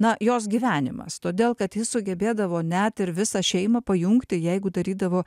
na jos gyvenimas todėl kad ji sugebėdavo net ir visą šeimą pajungti jeigu darydavo